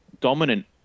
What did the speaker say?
dominant